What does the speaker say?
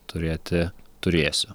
turėti turėsiu